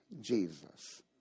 Jesus